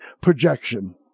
projection